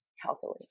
healthily